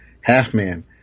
half-man